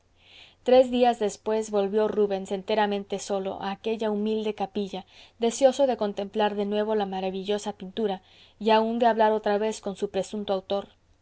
tres días después volvió rubens enteramente solo a aquella humilde capilla deseoso de contemplar de nuevo la maravillosa pintura y aun de hablar otra vez con su presunto autor